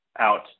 out